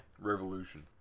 Revolution